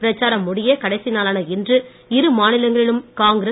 பிரச்சாரம் முடிய கடைசி நாளான இன்று இரு மாநிலங்களிலும் காங்கிரஸ்